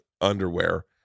underwear